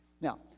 Now